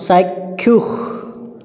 চাক্ষুষ